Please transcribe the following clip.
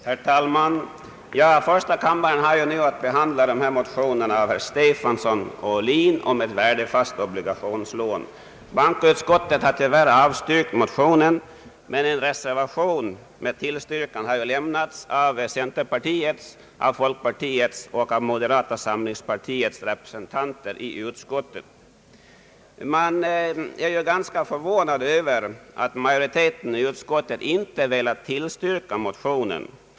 Herr talman! Första kammaren har nu att behandla motioner av herr Stefanson och herr Ohlin m.fl. om ett värdefast statligt obligationslån. Bankoutskottet har tyvärr avstyrkt motioner na, men en reservation med tillstyrkan har lämnats av centerpartiets, folkpartiets och det moderata samlingspartiets representanter i utskottet. Man är ganska förvånad över att majoriteten i utskottet inte velat tillstyrka motionerna.